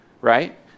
right